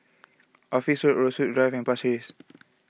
Office Rose Drive and Pasir Ris